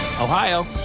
Ohio